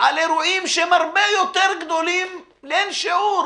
על אירועים שהם הרבה יותר גדולים לאין שיעור,